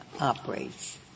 operates